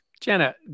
Jenna